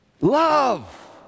Love